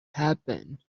happen